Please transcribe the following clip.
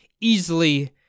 easily